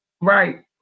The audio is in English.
Right